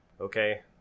Okay